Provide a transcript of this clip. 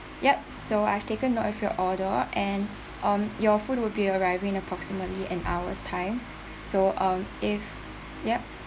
ya so I have taken note with your order and um your food will be arriving approximately an hour's time so um if ya